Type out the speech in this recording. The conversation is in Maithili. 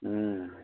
उँ